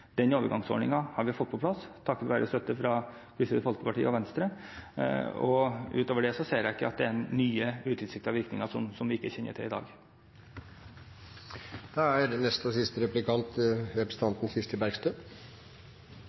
Den overgangsordningen har vi fått på plass, takket være støtte fra Kristelig Folkeparti og Venstre. Utover det ser jeg ikke at det er nye utilsiktede virkninger som vi ikke kjenner til i dag. Jeg vil først takke for interessante refleksjoner i statsrådens innlegg, og